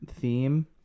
theme